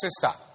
sister